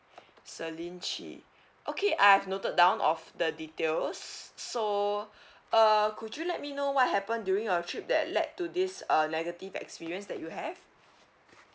celine chee okay I've noted down of the details so uh could you let me know what happened during your trip that led to this uh negative experience that you have